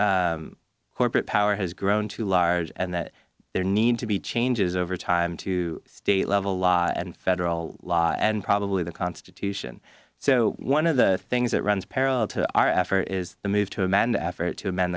that corporate power has grown too large and that there need to be changes over time to state level law and federal law and probably the constitution so one of the things that runs parallel to our effort is the move to amend effort to amend